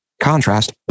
contrast